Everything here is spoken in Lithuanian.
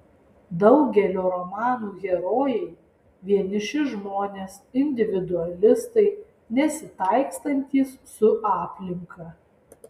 daugelio romanų herojai vieniši žmonės individualistai nesitaikstantys su aplinka